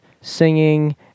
singing